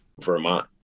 Vermont